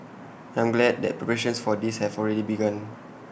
I'm glad that preparations for this have already begun